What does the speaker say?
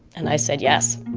and i said, yes,